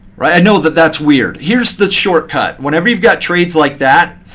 i know that that's weird. here's that shortcut. whenever you've got trades like that,